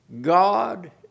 God